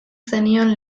zenion